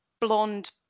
blonde